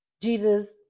jesus